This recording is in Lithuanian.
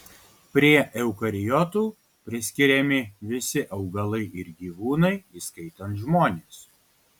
prie eukariotų priskiriami visi augalai ir gyvūnai įskaitant žmones